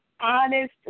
honest